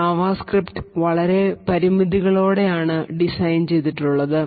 JavaScript വളരെ പരിമിതികളോടെ ആണ് ഡിസൈൻ ചെയ്തിട്ടുള്ളത്